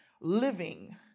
living